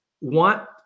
want –